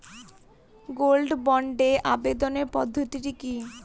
Gold বন্ডে আবেদনের পদ্ধতিটি কি?